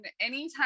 anytime